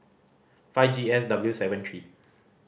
five G S W seven three